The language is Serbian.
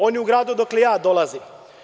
On je u gradu odakle ja dolazim.